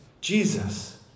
Jesus